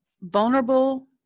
Vulnerable